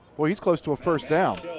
boy he's close to a first down.